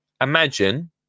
Imagine